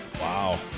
Wow